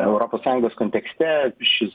europos sąjungos kontekste šis